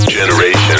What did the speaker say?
generation